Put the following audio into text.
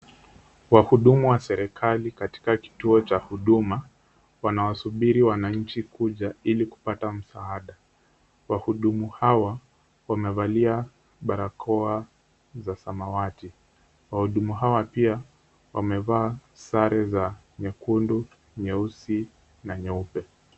Wahudumu wa serikali katika kituo cha huduma, wanawasubiri wananchi kuja ili kupata msaada. Wahudumu hawa, wamevalia barakoa za samawati. Wahuduma hawa pia, wamevaa sare za nyekundu, nyeusi, na nyeupe.